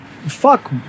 fuck